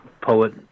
poet